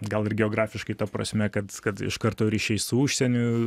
gal ir geografiškai ta prasme kad kad iš karto ryšiai su užsieniu